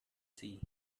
sea